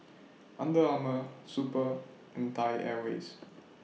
Under Armour Super and Thai Airways